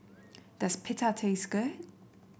does Pita taste good